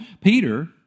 Peter